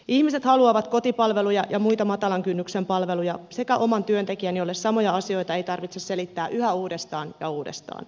ihmiset haluavat kotipalveluja ja muita matalan kynnyksen palveluja sekä omatyöntekijän jolle samoja asioita ei tarvitse selittää yhä uudestaan ja uudestaan